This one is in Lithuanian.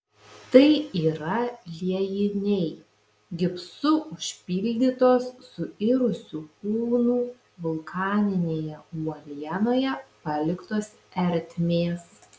tai yra liejiniai gipsu užpildytos suirusių kūnų vulkaninėje uolienoje paliktos ertmės